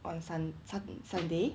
on sun~ sun~ sunday